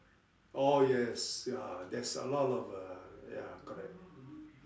oh yes ya there's a lot of ya correct